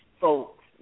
folks